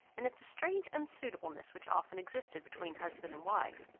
and at the strange unsuitableness which often existed between husband and wife,